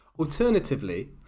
Alternatively